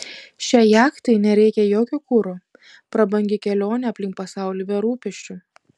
šiai jachtai nereikia jokio kuro prabangi kelionė aplink pasaulį be rūpesčių